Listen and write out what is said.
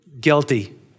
Guilty